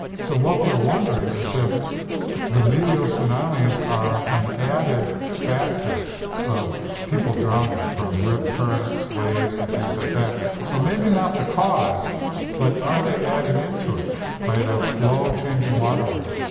so what we're wondering is if the medial tsunamis are an added factor of people drowning from rip currents, waves, and things like that. so maybe not the cause but are they adding into it by the slow change in water level?